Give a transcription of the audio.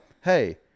Hey